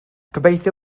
gobeithio